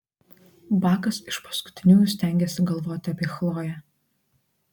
bakas iš paskutiniųjų stengėsi galvoti apie chloję